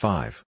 Five